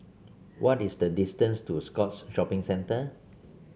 what is the distance to Scotts Shopping Centre